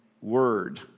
word